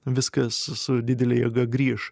viskas su didele jėga grįš